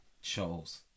shows